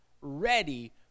ready